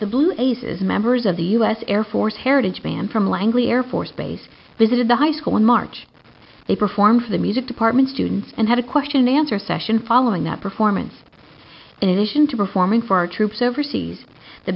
the blue aces members of the u s air force heritage band from langley air force base visited the high school in march they performed for the music department students and had a question answer session following that performance in addition to performing for our troops overseas the